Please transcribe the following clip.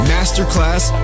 Masterclass